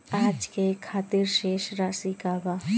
आज के खातिर शेष राशि का बा?